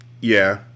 Yeah